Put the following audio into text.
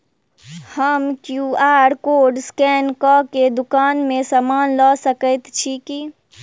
हम QR code scan कऽ केँ दुकान मे समान लऽ सकैत छी की?